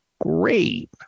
great